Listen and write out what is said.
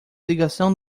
ligação